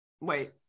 wait